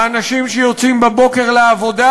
האנשים שיוצאים בבוקר לעבודה,